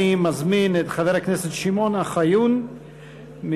אני מזמין את חבר הכנסת שמעון אוחיון מהליכוד,